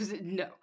No